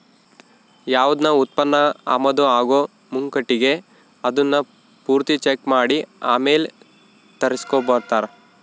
ಯಾವ್ದನ ಉತ್ಪನ್ನ ಆಮದು ಆಗೋ ಮುಂಕಟಿಗೆ ಅದುನ್ನ ಪೂರ್ತಿ ಚೆಕ್ ಮಾಡಿ ಆಮೇಲ್ ತರಿಸ್ಕೆಂಬ್ತಾರ